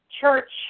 church